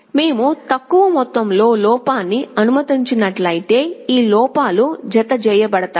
మేము తక్కువ మొత్తంలో లోపాన్ని అనుమతించినట్లయితే ఈ లోపాలు జతచేయబడతాయి